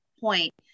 point